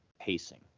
pacing